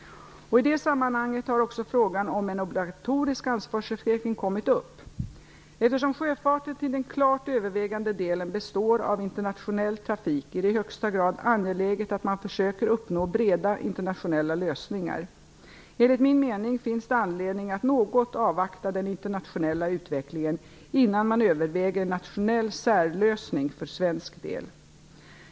Och i det sammanhanget har också frågan om en obligatorisk ansvarsförsäkring kommit upp. Eftersom sjöfarten till den klart övervägande delen består av internationell trafik är det i högsta grad angeläget att man försöker uppnå breda internationella lösningar. Enligt min mening finns det anledning att något avvakta den internationella utvecklingen innan man överväger en nationell särlösning för svensk del.